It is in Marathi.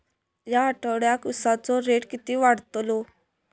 या आठवड्याक उसाचो रेट किती वाढतलो?